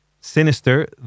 sinister